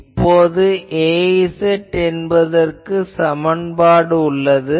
இப்போது Az என்பதற்கு சமன்பாடு உள்ளது